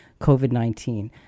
COVID-19